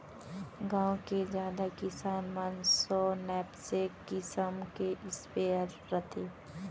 गॉँव के जादा किसान मन सो नैपसेक किसम के स्पेयर रथे